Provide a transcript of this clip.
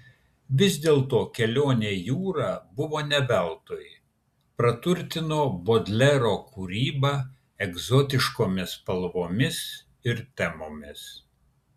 vis dėlto kelionė jūra buvo ne veltui praturtino bodlero kūrybą egzotiškomis spalvomis ir temomis